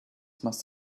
must